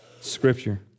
scripture